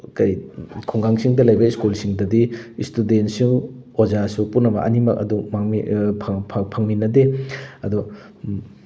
ꯀꯔꯤ ꯈꯨꯡꯒꯪꯁꯤꯡꯗ ꯂꯩꯕ ꯁ꯭ꯀꯨꯜꯁꯤꯡꯗꯗꯤ ꯏꯁꯇꯨꯗꯦꯟꯁꯨ ꯑꯣꯖꯥꯁꯨ ꯄꯨꯝꯅꯃꯛ ꯑꯅꯤꯃꯛ ꯑꯗꯨ ꯐꯪꯃꯤꯟꯅꯗꯦ ꯑꯗꯣ